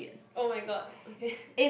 [oh]-my-god okay